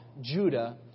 Judah